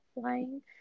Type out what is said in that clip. flying